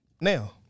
Now